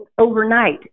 overnight